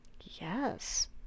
Yes